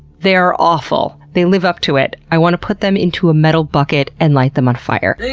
they are awful. they live up to it. i want to put them into a metal bucket and light them on fire.